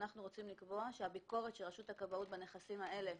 אנחנו רוצים לקבוע שהביקורת של רשות הכבאות בנכסים האלה,